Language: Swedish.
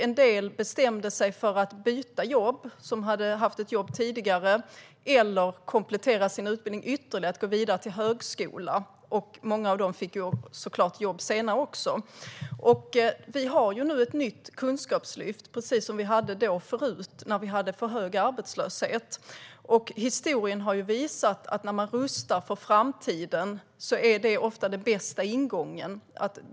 En del som hade haft ett jobb tidigare bestämde sig för att byta jobb. En del kompletterade sin utbildning ytterligare och gick vidare till högskola, och många av dem fick såklart jobb senare. Vi har nu ett nytt kunskapslyft, precis som vi hade förut när vi hade för hög arbetslöshet. Historien har visat att den bästa ingången är att rusta för framtiden.